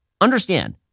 Understand